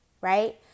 right